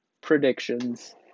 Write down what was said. predictions